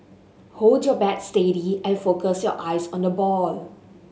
hold your bat steady and focus your eyes on the ball